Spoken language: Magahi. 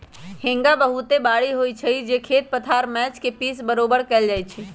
हेंगा बहुते भारी होइ छइ जे खेत पथार मैच के पिच बरोबर कएल जाइ छइ